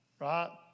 Right